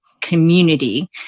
community